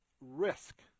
risk